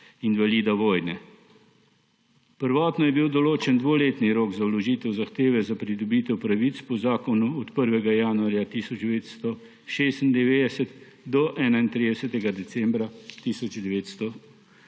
invalida vojne. Prvotno je bil določen dvoletni rok za vložitev zahteve za pridobitev pravic po zakonu od 1. januarja 1996 do 31. decembra 1997.